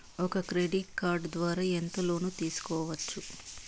ఒక credit card ద్వారా ఎంత లోను తీసుకోవచ్చు?